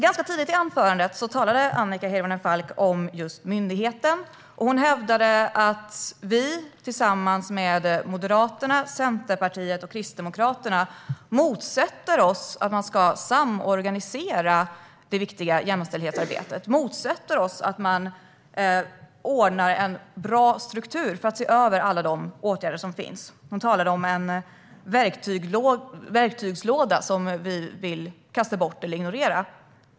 Ganska tidigt i sitt anförande talade Annika Hirvonen Falk om just myndigheten. Hon hävdade att vi tillsammans med Moderaterna, Centerpartiet och Kristdemokraterna motsätter oss att man ska samorganisera det viktiga jämställdhetsarbetet och motsätter oss att man ordnar en bra struktur för att se över alla de åtgärder som finns. Hon talade om en verktygslåda som vi vill kasta bort eller ignorera.